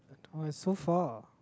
!wah! it's so far